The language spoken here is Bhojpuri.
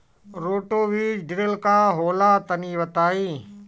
रोटो बीज ड्रिल का होला तनि बताई?